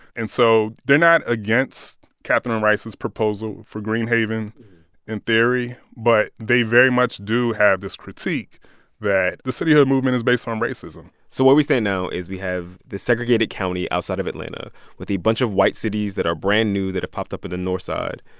and so they're not against kathryn rice's proposal for greenhaven in theory, but they very much do have this critique that the cityhood movement is based on racism so where we stand now is we have this segregated county outside of atlanta with a bunch of white cities that are brand new that have popped up and on the north side.